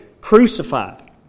crucified